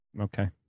Okay